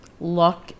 look